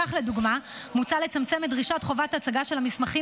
כך לדוגמה מוצע לצמצם את דרישת חובת הצגה של המסמכים